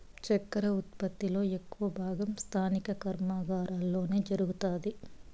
చక్కర ఉత్పత్తి లో ఎక్కువ భాగం స్థానిక కర్మాగారాలలోనే జరుగుతాది